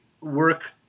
work